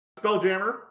Spelljammer